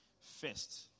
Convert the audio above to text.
first